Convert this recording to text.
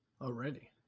Already